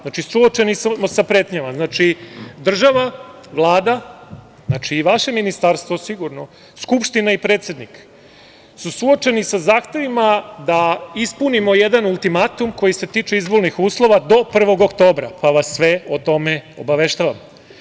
Znači, suočeni smo sa pretnjama, država, Vlada i vaše Ministarstvo, sigurno, Skupština i predsednik su suočeni sa zahtevima da ispunimo jedan ultimatum koji se tiče izbornih uslova do 1. oktobra, pa vas sve o tome obaveštavam.